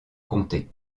comté